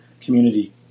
community